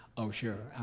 oh sure,